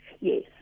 yes